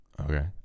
Okay